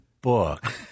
book